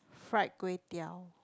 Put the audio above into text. fried kway-teow